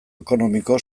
ekonomiko